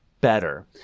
better